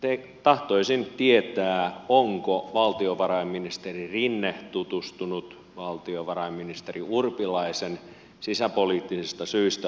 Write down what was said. eli tahtoisin tietää onko valtiovarainministeri rinne tutustunut valtiovarainministeri urpilaisen sisäpoliittisista syistä allekirjoittamaan paperiin ja sopimukseen